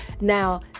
now